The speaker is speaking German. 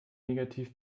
negativ